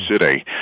city